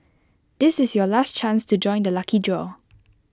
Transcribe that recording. this is your last chance to join the lucky draw